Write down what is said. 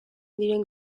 diren